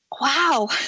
wow